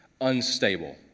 Unstable